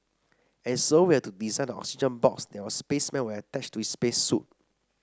and so we had to design the oxygen box that our spaceman would attach to his space suit